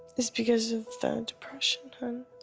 is because of the depression, hon.